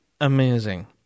amazing